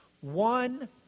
One